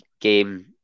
game